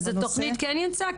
אז התוכנית כן יצאה?